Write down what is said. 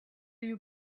you